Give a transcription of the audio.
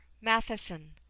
matheson